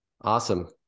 awesome